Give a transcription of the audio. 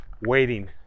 waiting